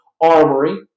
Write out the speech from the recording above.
armory